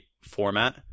format